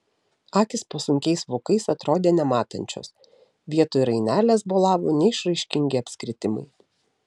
akys po sunkiais vokais atrodė nematančios vietoj rainelės bolavo neišraiškingi apskritimai